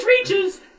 reaches